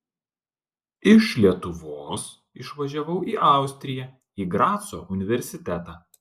iš lietuvos išvažiavau į austriją į graco universitetą